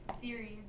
theories